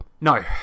no